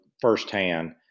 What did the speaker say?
firsthand